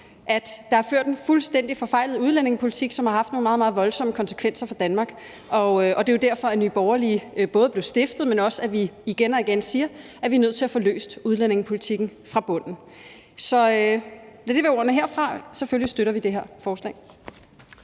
at der er ført en fuldstændig forfejlet udlændingepolitik, som har haft nogle meget, meget voldsomme konsekvenser for Danmark. Det er jo derfor, at Nye Borgerlige både blev stiftet, men også igen og igen siger, at vi er nødt til at få løst udlændingepolitikken fra bunden. Så lad det være ordene herfra. Selvfølgelig støtter vi det her forslag.